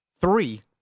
three